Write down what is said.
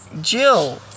Jill